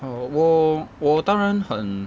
orh 我我当然很